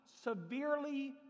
severely